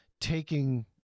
taking